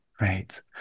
right